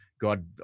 god